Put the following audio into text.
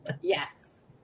Yes